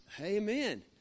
Amen